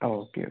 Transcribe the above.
okay okay